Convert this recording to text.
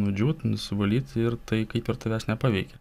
nudžiūt nusivalyt ir tai kaip ir tavęs nepaveikia